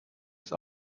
ist